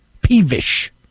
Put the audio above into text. peevish